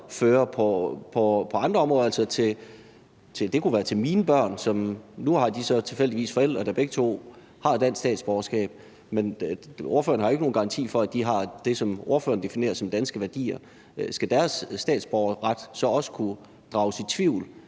Det kunne være til mine børn; nu har de så tilfældigvis forældre, der begge to har dansk statsborgerskab, men ordføreren har jo ikke nogen garanti for, at de har det, som ordføreren definerer som danske værdier. Skal deres statsborgerret så også kunne drages i tvivl,